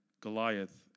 Goliath